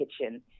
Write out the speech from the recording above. kitchen